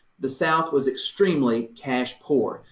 the south was extremely cash poor.